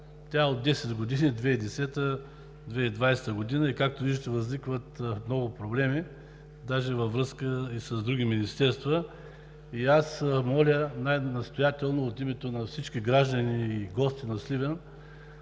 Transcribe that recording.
Тя е от 10 години – 2010 – 2020 г., и, както виждате, възникват много проблеми даже и във връзка с други министерства. Аз моля най-настоятелно от името на всички граждани и гости на Сливен